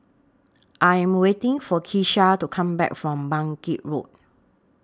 I Am waiting For Kisha to Come Back from Bangkit Road